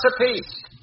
apiece